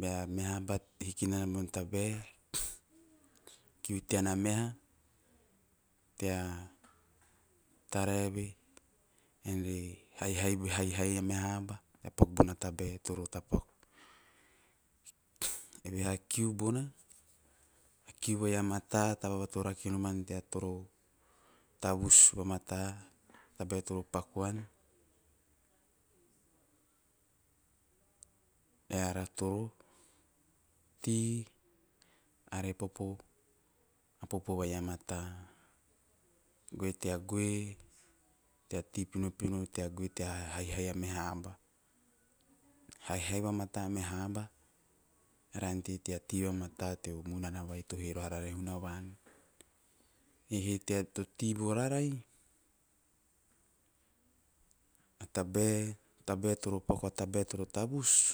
bea meha aba hiki mmana bona tabae, kiu tean a meha tea tara eve ean toro tara eve, ean re haihai a meha aba tea paku bona tabae toro tapaku. Evehe a kiu bona a kiu vai a mata, a taba vai to rakenoman toro tavus vamata, tabae tro paku an, eara toro tei popo a popo vai a mata goe tea goe tea tei pinopino te a haihai a meha aba, haihai vamata a meha oba are ante tea tei vamata teo munana vai to he roho arara e hunavan. Eihe tea to tei vorarai a tabae - a tabae toro paku, a tabae toro tavus ei